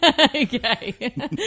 Okay